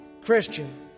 Christian